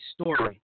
story